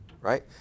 right